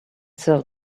sell